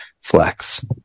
flex